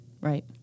Right